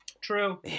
True